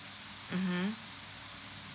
mmhmm